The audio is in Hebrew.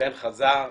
בן חזר.